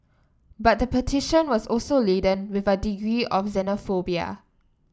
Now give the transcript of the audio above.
but the petition was also laden with a degree of xenophobia